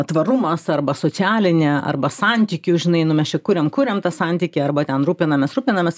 tvarumas arba socialinė arba santykių žinai nu mes čia kuriam kuriam tą santykį arba ten rūpinamės rūpinamės